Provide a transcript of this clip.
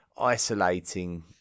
isolating